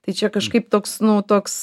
tai čia kažkaip toks nu toks